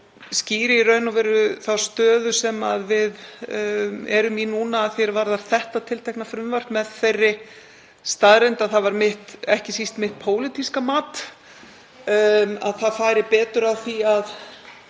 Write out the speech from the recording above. skýri í raun og veru þá stöðu sem við erum í núna að því er varðar þetta tiltekna frumvarp með þeirri staðreynd að það var ekki síst mitt pólitíska mat að það færi betur á því að